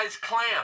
clamp